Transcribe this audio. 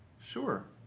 sure.